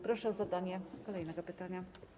Proszę o zadanie kolejnego pytania.